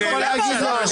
תגיד לו: